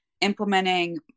implementing